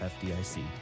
FDIC